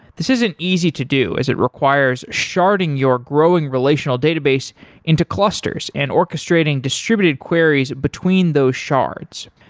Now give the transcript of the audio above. this isn't easy to do as it requires sharding your growing relational database into clusters and orchestrating distributed queries between those shards.